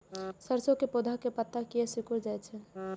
सरसों के पौधा के पत्ता किया सिकुड़ जाय छे?